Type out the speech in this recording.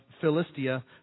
Philistia